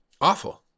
Awful